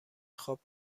خواب